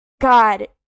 God